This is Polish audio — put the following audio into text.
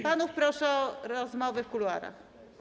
Panów proszę o rozmowy w kuluarach.